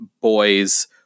boys